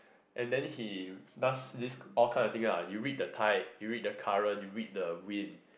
and then he does this all kind of thing ah you read the tide you read the current you read the wind